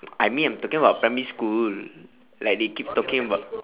I mean I'm talking about primary school like they keep talking about